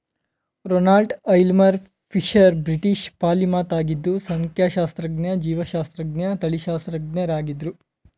Ronald Aylmer Fisher British polymath ಆಗಿದ್ದು ಸಂಖ್ಯಾಶಾಸ್ತ್ರಜ್ಞ ಜೀವಶಾಸ್ತ್ರಜ್ಞ ತಳಿಶಾಸ್ತ್ರಜ್ಞರಾಗಿದ್ರು